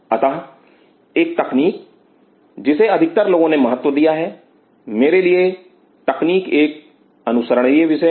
अतः एक तकनीक जिसे अधिकतर लोगों ने महत्व दिया है मेरे लिए तकनीक एक अनुसरणीय Refer Time 2556 विषय है